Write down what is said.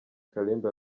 kalimba